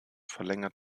verlängert